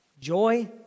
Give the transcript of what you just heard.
Joy